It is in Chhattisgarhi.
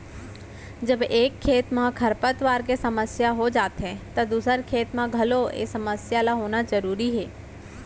जब एक खेत म खरपतवार के समस्या हो जाथे त दूसर खेत म घलौ ए समस्या ल होना जरूरी हे